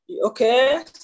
Okay